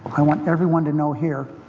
i want everyone to know here.